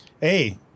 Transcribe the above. Hey